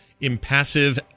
impassive